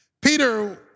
Peter